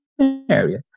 area